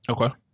Okay